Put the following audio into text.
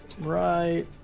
Right